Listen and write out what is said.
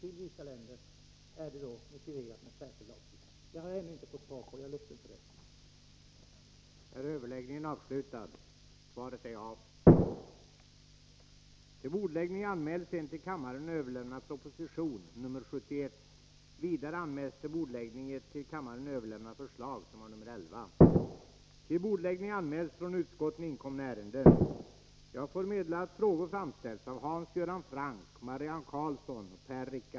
Från vilka länder skall den komma? Till vilka länder skall den vara avsedd att sändas? Jag har ännu inte fått svar på de frågorna.